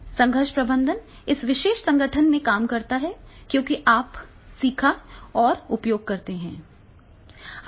संघर्ष प्रबंधन इस विशेष संगठन में काम करता है क्योंकि आपने सीखा और उपयोग किया है